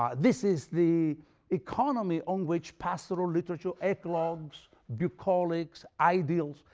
um this is the economy on which pastoral literature, eclogues, bucolic, ideals,